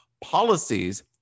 Policies